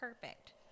perfect